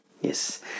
Yes